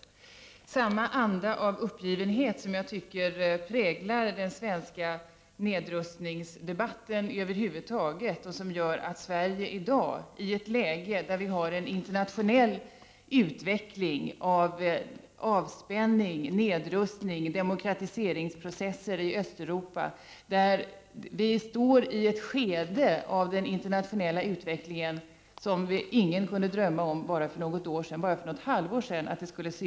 Det är samma anda av uppgivenhet som jag tycker präglar den svenska nedrustningsdebatten över huvud taget. I dag pågår en internationell utveckling med inslag av avspänning, nedrustning och demokratiseringsprocesser i Östeuropa. Vi befinner oss i ett skede av internationell utveckling som ingen kunde drömma om för bara något halvår sedan.